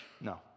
No